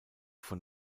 von